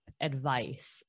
advice